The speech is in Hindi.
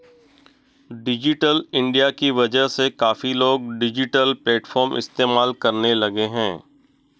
डिजिटल इंडिया की वजह से काफी लोग डिजिटल प्लेटफ़ॉर्म इस्तेमाल करने लगे हैं